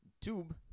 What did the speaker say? tube